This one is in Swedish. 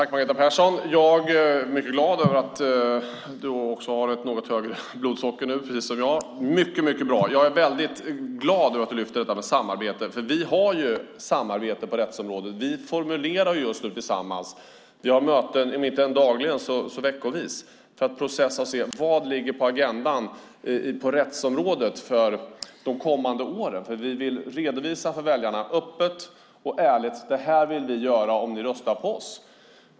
Herr talman! Jag är glad att Margareta Persson lyfte upp frågan om samarbete, för vi har samarbete på rättsområdet. Vi formulerar just nu detta tillsammans. Vi har möten om inte dagligen så i alla fall veckovis för att processa och se vad som ligger på agendan på rättsområdet för de kommande åren. Vi vill öppet och ärligt redovisa för väljarna vad vi vill göra om de röstar på oss.